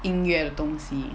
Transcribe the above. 音乐的东西